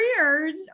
careers